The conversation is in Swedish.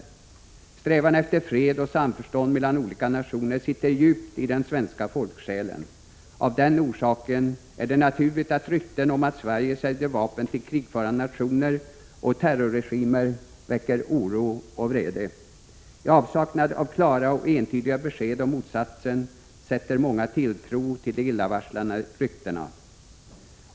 Strävan efter fred och samförstånd mellan olika nationer sitter djupt i den svenska folksjälen. Av den orsaken är det naturligt att rykten om att Sverige säljer vapen till krigförande nationer och terrorregimer väcker oro och vrede. I avsaknad av klara och entydiga besked om motsatsen sätter många sin tilltro till de illavarslande ryktena.